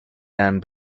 down